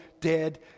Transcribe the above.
dead